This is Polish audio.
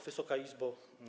Wysoka Izbo!